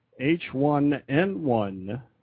H1N1